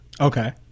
okay